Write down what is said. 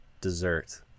dessert